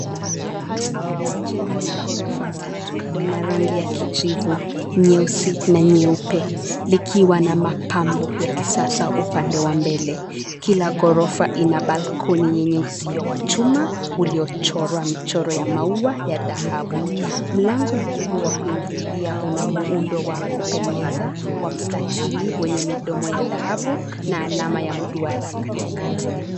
Jengo la gorofa tatu lina rangi ya kijivu, nyeusi na nyeupe likiwa na mapambo ya kisasa upande wa mbele. Kila gorofa ina balcony yenye uzio wa chuma uliochorwa michoro ya maua ya dhahabu. Mlango mkubwa wa kuingililia una muundo wa kupendeza wa mstatili wenye midomo ya dhahabu na alama ya duara katikati.